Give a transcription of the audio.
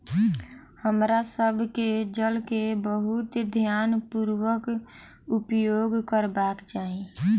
हमरा सभ के जल के बहुत ध्यानपूर्वक उपयोग करबाक चाही